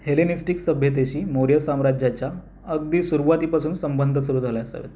Hellenistic सभ्यतेशी मौर्य साम्राज्याच्या अगदी सुरुवातीपासून संबंध सुरू झाले असावेत